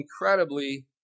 incredibly